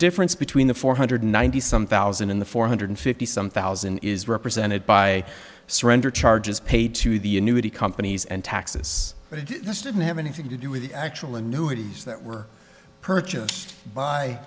difference between the four hundred ninety some thousand in the four hundred fifty some thousand is represented by surrender charges paid to the annuity companies and taxes this didn't have anything to do with the actual annuities that were purchased by